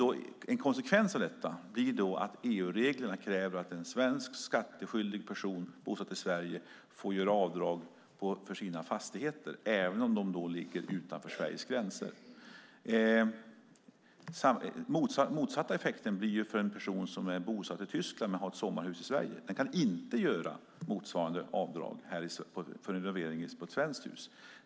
En konsekvens av detta blir att EU-reglerna kräver att en svensk skatteskyldig person bosatt i Sverige får göra avdrag för sina fastigheter även om de ligger utanför Sveriges gränser. Det motsatta gäller för en person som exempelvis är bosatt i Tyskland men har ett sommarhus i Sverige. Den personen kan inte göra motsvarande avdrag för renovering på ett svenskt hus.